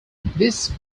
this